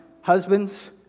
husbands